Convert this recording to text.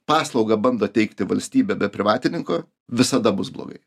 paslaugą bando teikti valstybė be privatininkų visada bus blogai